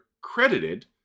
credited